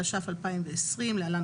התש"ף-2020 (להלן,